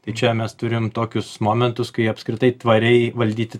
tai čia mes turim tokius momentus kai apskritai tvariai valdyti